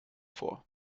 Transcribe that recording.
vor